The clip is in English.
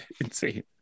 insane